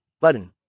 Button